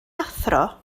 athro